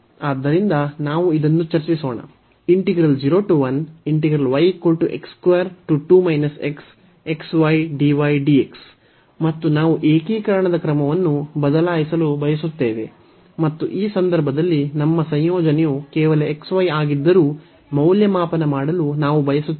ಆದ್ದರಿಂದ ನಾವು ಇದನ್ನು ಚರ್ಚಿಸೋಣ ಮತ್ತು ನಾವು ಏಕೀಕರಣದ ಕ್ರಮವನ್ನು ಬದಲಾಯಿಸಲು ಬಯಸುತ್ತೇವೆ ಮತ್ತು ಈ ಸಂದರ್ಭದಲ್ಲಿ ನಮ್ಮ ಸಂಯೋಜನೆಯು ಕೇವಲ xy ಆಗಿದ್ದರೂ ಮೌಲ್ಯಮಾಪನ ಮಾಡಲು ನಾವು ಬಯಸುತ್ತೇವೆ